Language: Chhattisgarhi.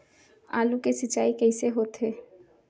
आलू के सिंचाई कइसे होथे?